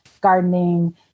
gardening